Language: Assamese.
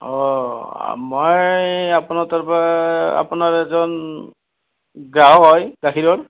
অঁ মই আপোনাৰ তাৰ পৰা আপোনাৰ এজন গ্ৰাহক হয় গাখীৰৰ